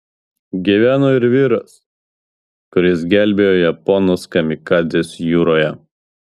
gyveno ir vyras kuris gelbėjo japonus kamikadzes jūroje